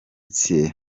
thierry